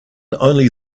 only